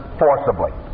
forcibly